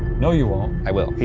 no you won't. i will,